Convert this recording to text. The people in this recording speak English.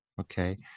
okay